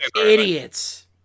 idiots